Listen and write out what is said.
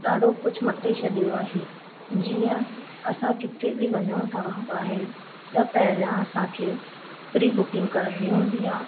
ॾाढो कुझ मटे छॾियो आहे जीअं असां किथे बि वञूं था ॿाहिरि त पहिरां असां खे प्री बुकिंग कराइणी हूंदी आहे